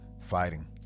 Fighting